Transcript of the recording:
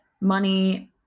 money